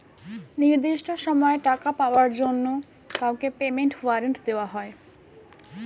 নির্দিষ্ট সময়ে টাকা পাওয়ার জন্য কাউকে পেমেন্ট ওয়ারেন্ট দেওয়া হয়